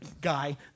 Guy